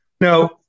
Now